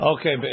Okay